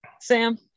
Sam